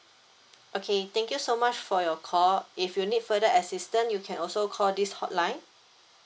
okay thank you so much for your call if you need further assistant you can also call this hotline